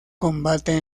combate